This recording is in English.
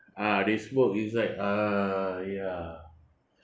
ah this smoke is like ah ya